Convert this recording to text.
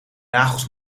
nagels